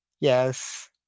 Yes